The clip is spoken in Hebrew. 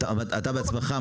המטרה שלנו בסוף,